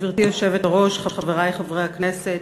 גברתי היושבת-ראש, חברי חברי הכנסת,